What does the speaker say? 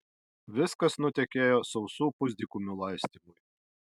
viskas nutekėjo sausų pusdykumių laistymui